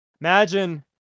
Imagine